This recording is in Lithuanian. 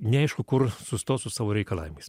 neaišku kur sustos su savo reikalavimais